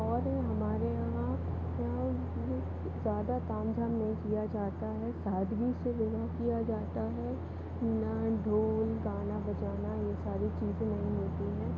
और हमारे यहाँ यहाँ भी ज़्यादा ताम झाम नहीं किया जाता है सादगी से विवाह किया जाता है ना ढोल गाना बजाना ये सारी चीज़ें नहीं होती हैं